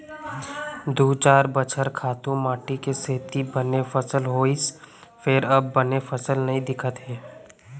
दू चार बछर खातू माटी के सेती बने फसल होइस फेर अब बने फसल नइ दिखत हे